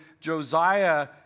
Josiah